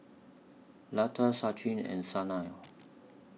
Lata Sachin and Sanal